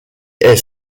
est